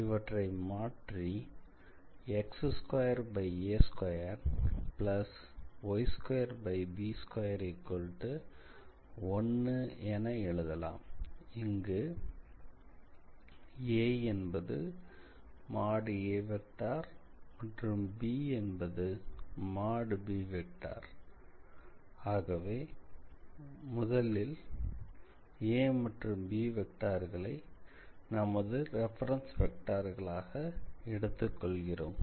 இவற்றை மாற்றி x2a2y2b21என எழுதலாம் இங்கு aaமற்றும் b|b|ஆகவே முதலில் a மற்றும் b வெக்டார்களை நமது ரெபரென்ஸ் வெக்டார்களாக எடுத்துக் கொள்கிறோம்